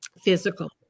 physical